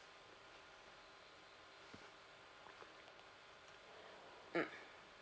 mm